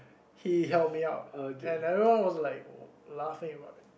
he help me out and everyone was like laughing about it